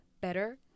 better